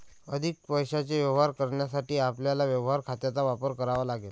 अधिक पैशाचे व्यवहार करण्यासाठी आपल्याला व्यवहार खात्यांचा वापर करावा लागेल